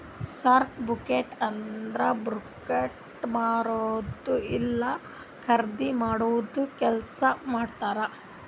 stock brokerage ಅಂದುರ್ stocks ಮಾರದು ಇಲ್ಲಾ ಖರ್ದಿ ಮಾಡಾದು ಕೆಲ್ಸಾ ಮಾಡ್ತಾರ್